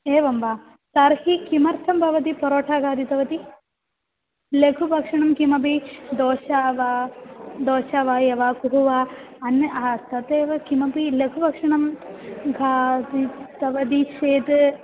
एवं वा तर्हि किमर्थं भवति परोठा खादितवती लघुभक्षणं किमपि दोशा वा दोशा वा य वा कुहु वा अन् हा तदेव किमपि लघुभक्षणं खादितवती चेत्